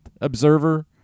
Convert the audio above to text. observer